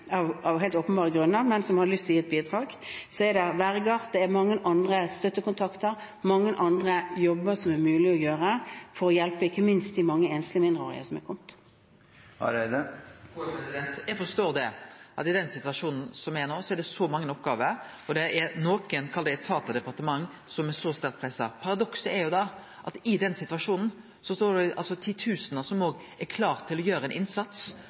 som har lyst til å gi et bidrag – er det verger, støttekontakter og mange andre jobber som det er mulig å gjøre for å hjelpe ikke minst de mange enslige mindreårige som er kommet. Eg forstår at det i den situasjonen som er no, er mange oppgåver, og at det er nokre etatar og departement som er sterkt pressa. Paradokset er da at det i den situasjonen står titusenar som er klare til å gjere ein innsats. Korleis mobiliserer me den innsatsen? Der trur eg at frivilligheita er nøkkelen. Både i mottaka og mottaksapparatet, som statsministeren her nemnde spesielt, og